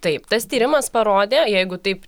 taip tas tyrimas parodė jeigu taip